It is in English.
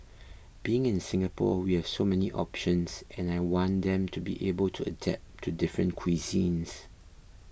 being in Singapore we have so many options and I want them to be able to adapt to different cuisines